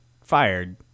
fired